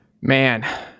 man